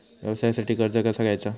व्यवसायासाठी कर्ज कसा घ्यायचा?